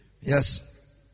Yes